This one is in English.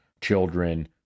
children